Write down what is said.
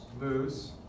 Lose